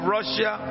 Russia